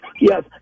Yes